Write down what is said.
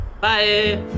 Bye